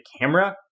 camera